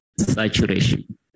saturation